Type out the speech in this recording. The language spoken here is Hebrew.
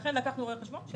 לכן לקחנו רואה חשבון.